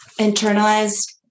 internalized